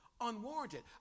unwarranted